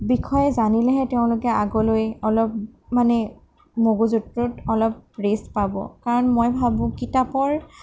বিষয়ে জানিলেহে তেওঁলোকে আগলৈ অলপ মানে মগজুটোত অলপ ৰেষ্ট পাব কাৰণ মই ভাবোঁ কিতাপৰ